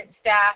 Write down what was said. staff